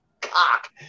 cock